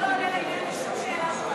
אבל אתה לא עונה לעניין על שום שאלה,